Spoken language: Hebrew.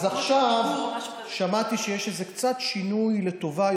אז עכשיו שמעתי שיש קצת שינוי לטובה,